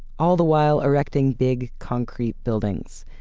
all the while erecting big concrete buildings.